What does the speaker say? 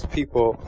people